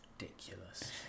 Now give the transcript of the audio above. ridiculous